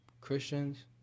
Christians